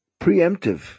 preemptive